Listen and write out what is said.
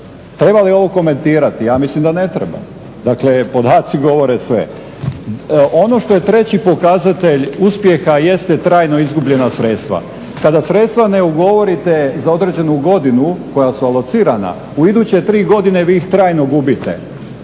Treba li ovo komentirati? Ja mislim da ne treba, dakle podaci govore sve. Ono što je treći pokazatelj uspjeha jeste trajno izgubljena sredstva. Kada sredstva ne ugovorite za određenu godinu koja su alocirana u iduće tri godine vi ih trajno gubite.